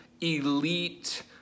elite